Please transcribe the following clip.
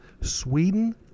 Sweden